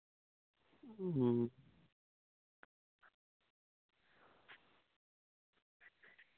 ᱩᱸ